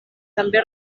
també